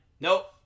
nope